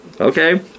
Okay